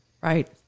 right